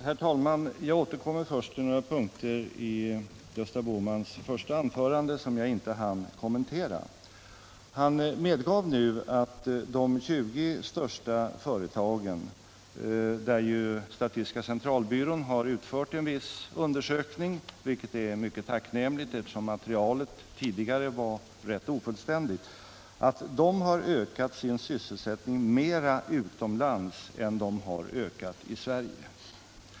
Herr talman! Jag återkommer först till några punkter i Gösta Bohmans förra anförande, som jag inte hann kommentera. Han medgav nu att de 20 största företagen, beträffande vilka statistiska centralbyrån utfört en viss undersökning, har ökat sin sysselsättning mera utomlands än i Sverige.